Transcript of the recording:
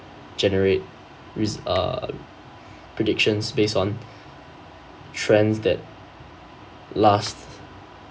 generate ris~ uh predictions based on trends that last